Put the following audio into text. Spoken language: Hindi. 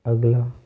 अगला